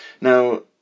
now